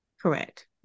Correct